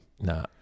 No